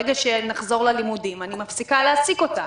אבל ברגע שנחזור ללימודים אני אפסיק להעסיק אותה